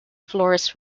floors